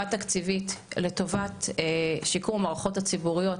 תקציבית לטובת שיקום המערכות הציבוריות,